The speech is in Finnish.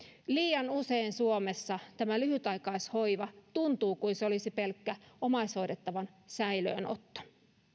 liian usein suomessa tämä lyhytaikaishoiva tuntuu siltä kuin se olisi pelkkä omaishoidettavan säilöönotto